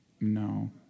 no